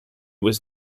was